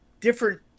different